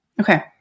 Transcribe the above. Okay